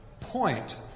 point